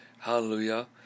hallelujah